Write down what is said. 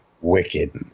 Wicked